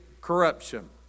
corruption